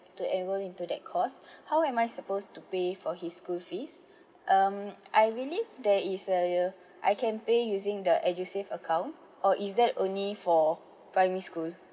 to enroll into that course how am I supposed to pay for his school fees um I believe there is a uh I can pay using the edusave account or is that only for primary school